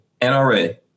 NRA